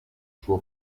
suo